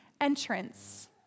entrance